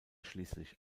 schließlich